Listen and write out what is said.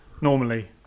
Normally